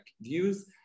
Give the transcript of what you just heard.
views